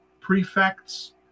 prefects